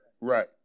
Right